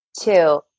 Two